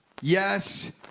yes